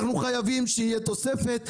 אנחנו חייבים שתהיה תוספת,